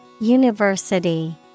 University